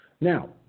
Now